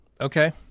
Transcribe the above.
Okay